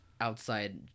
outside